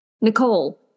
Nicole